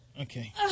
Okay